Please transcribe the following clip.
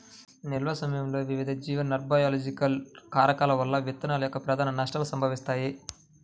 నిల్వ సమయంలో వివిధ జీవ నాన్బయోలాజికల్ కారకాల వల్ల విత్తనాల యొక్క ప్రధాన నష్టాలు సంభవిస్తాయి